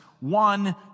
one